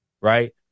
Right